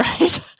Right